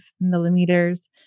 millimeters